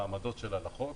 בעמדות שלה לחוק.